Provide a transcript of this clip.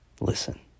Listen